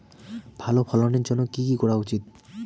ভালো ফলনের জন্য কি কি করা উচিৎ?